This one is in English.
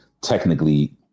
technically